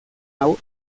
hau